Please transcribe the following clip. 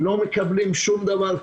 לא מקבלים שום דבר,